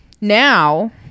now